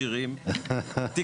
לדעת ולשמוע, על